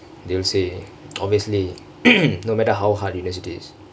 they will say obviously no matter how hard university is